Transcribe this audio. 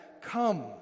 come